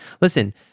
listen